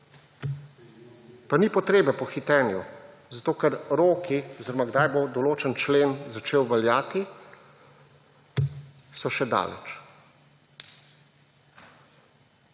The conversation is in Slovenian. Pa ni potrebe po hitenju, zato ker roki oziroma kdaj bo določen člen začel veljati, so še daleč.